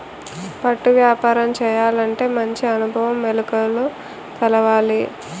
పట్టు వ్యాపారం చేయాలంటే మంచి అనుభవం, మెలకువలు తెలవాలి